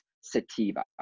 sativa